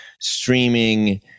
streaming